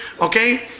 Okay